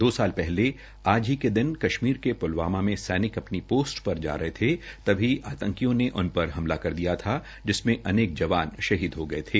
दो साल पहले पहले आज ही के दिन कश्मीर के प्लवामा में सैनिक अपनी पोस्ट पर जा रहे थे तभी आतंकियो ने उन पर हमला कर दिया था जिसमें अनेक जवान शहीद हो गये थे